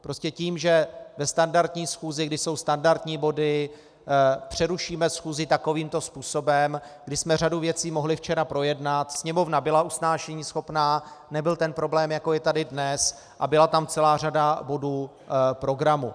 Prostě tím, že ve standardní schůzi, kdy jsou standardní body, přerušíme schůzi takovým to způsobem, kdy jsme řadu věcí mohli včera projednat, Sněmovna byla usnášeníschopná, nebyl ten problém, jako je tady dnes, a byla tam celá řada bodů programu.